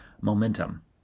momentum